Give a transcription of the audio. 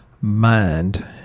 mind